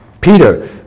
Peter